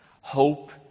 Hope